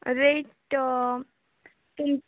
rate तुम